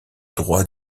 droit